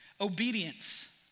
obedience